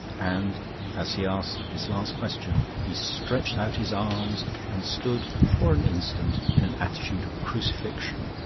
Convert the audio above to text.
and as he asked this last question he stretched out his arms and stood for an instant in an attitude of crucifixion,